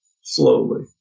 slowly